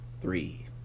three